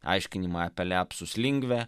aiškinimai apie lapsus linguae